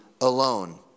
alone